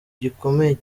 gikomeye